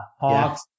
Hawks